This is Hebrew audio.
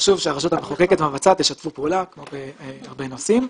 חשוב שהרשות המחוקקת והמבצעת ישתפו פעולה כמו בהרבה נושאים.